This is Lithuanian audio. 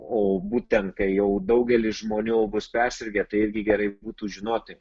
o būtent kai jau daugelis žmonių bus persirgę tai irgi gerai būtų žinoti